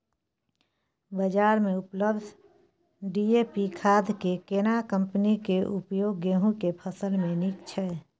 बाजार में उपलब्ध डी.ए.पी खाद के केना कम्पनी के उपयोग गेहूं के फसल में नीक छैय?